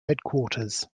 headquarters